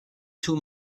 too